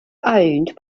owned